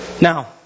Now